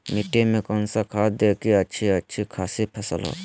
मिट्टी में कौन सा खाद दे की अच्छी अच्छी खासी फसल हो?